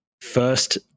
first